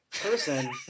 person